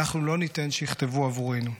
אנחנו לא ניתן שיכתבו עבורנו.